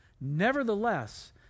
Nevertheless